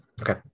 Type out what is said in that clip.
Okay